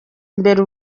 imbere